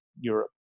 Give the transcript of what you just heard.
Europe